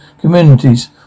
communities